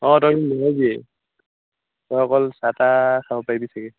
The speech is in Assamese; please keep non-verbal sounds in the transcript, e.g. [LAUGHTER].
অঁ তই [UNINTELLIGIBLE] তই অকল চাহ টাহ খাব পাৰিবি চাগে